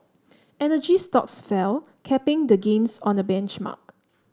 energy stocks fell capping the gains on the benchmark